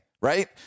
right